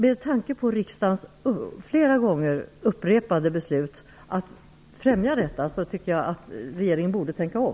Med tanke på riksdagens upprepade beslut om att främja sådan trafik tycker jag att regeringen borde tänka om.